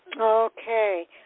Okay